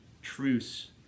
truce